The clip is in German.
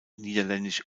niederländisch